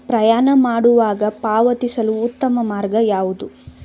ಪ್ರಯಾಣ ಮಾಡುವಾಗ ಪಾವತಿಸಲು ಉತ್ತಮ ಮಾರ್ಗ ಯಾವುದು?